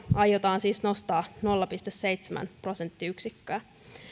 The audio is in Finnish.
aiotaan siis nostaa nolla pilkku seitsemän prosenttiyksikköä